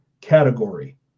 category